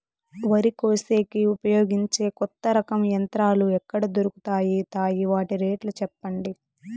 వరి కోసేకి ఉపయోగించే కొత్త రకం యంత్రాలు ఎక్కడ దొరుకుతాయి తాయి? వాటి రేట్లు చెప్పండి?